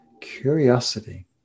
curiosity